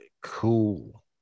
cool